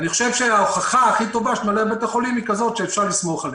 אני חושב שההוכחה הכי טובה של מנהלי בתי החולים היא שאפשר לסמוך עליהם.